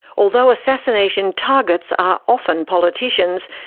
although assassination targets are often politicians,